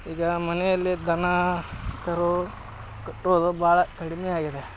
ಈಗ ಮನೆಯಲ್ಲಿ ದನ ಕರು ಕಟ್ಟೋದು ಭಾಳ ಕಡಿಮೆಯಾಗಿದೆ